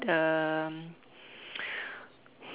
um